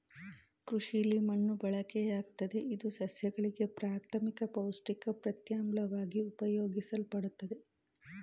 ಕೃಷಿಲಿ ಮಣ್ಣು ಬಳಕೆಯಾಗ್ತದೆ ಇದು ಸಸ್ಯಗಳಿಗೆ ಪ್ರಾಥಮಿಕ ಪೌಷ್ಟಿಕ ಪ್ರತ್ಯಾಮ್ಲವಾಗಿ ಉಪಯೋಗಿಸಲ್ಪಡ್ತದೆ